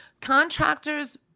contractors